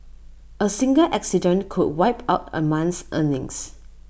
A single accident could wipe out A month's earnings